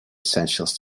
essentials